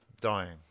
dying